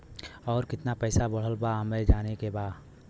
और कितना पैसा बढ़ल बा हमे जाने के बा?